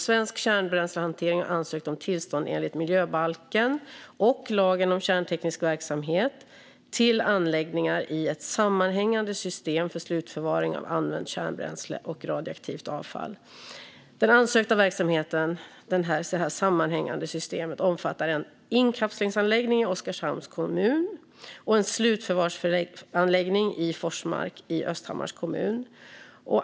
Svensk Kärnbränslehantering har ansökt om tillstånd enligt miljöbalken och lagen om kärnteknisk verksamhet till anläggningar i ett sammanhängande system för slutförvaring av använt kärnbränsle och radioaktivt avfall. Ansökan om det sammanhängande systemet innefattar en inkapslingsanläggning i Oskarshamns kommun och en slutförvarsanläggning i Forsmark i Östhammars kommun.